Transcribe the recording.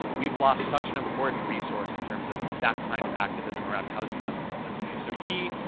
we've lost such an important resource in terms of that kind of activism around housing justice and the city, so he,